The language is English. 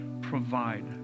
provide